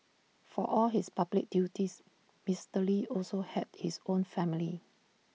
for all his public duties Mister lee also had his own family